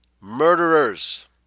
murderers